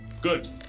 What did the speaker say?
Good